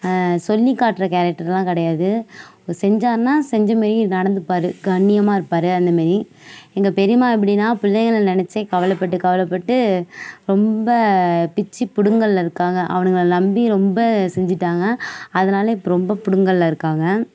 சொல்லி காட்டுற கேரக்டர்ல்லாம் கிடையாது செஞ்சாருனால் செஞ்சமாரி நடந்துப்பார் கண்ணியமாக இருப்பார் அந்தமாரி எங்கள் பெரியம்மா எப்படின்னா பிள்ளைங்களே நினச்சே கவலைப்பட்டு கவலைப்பட்டு ரொம்ப பிச்சி பிடுங்கள்ல இருக்காங்கள் அவனுங்கள நம்பி ரொம்ப செஞ்சிட்டாங்கள் அதனால இப்போ ரொம்ப பிடுங்கள்ல இருக்காங்கள்